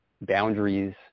boundaries